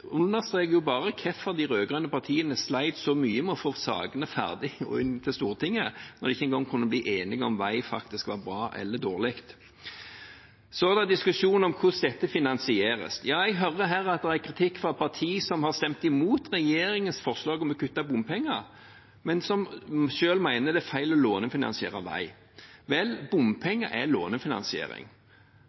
understreker jo bare hvorfor de rød-grønne partiene slet så mye med å få sakene ferdige og til Stortinget, når de ikke engang kunne bli enige om vei faktisk var bra eller dårlig. Så er det diskusjon om hvordan dette finansieres. Ja, jeg hører her at det er kritikk fra et parti som har stemt imot regjeringens forslag om å kutte bompenger, men som selv mener det er feil å lånefinansiere vei. Vel, bompenger er lånefinansiering.